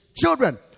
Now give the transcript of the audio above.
children